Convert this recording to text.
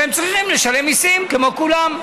שהם צריכים לשלם מיסים כמו כולם.